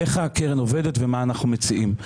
איך הקרן עובדת ומה אנחנו מציעים.